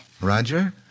Roger